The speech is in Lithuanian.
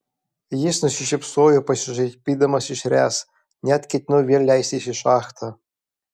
jis nusišypsojo pasišaipydamas iš ręs net ketinau vėl leistis į šachtą